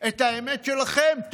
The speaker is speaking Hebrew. את האמת שלכם,